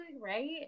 right